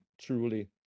truly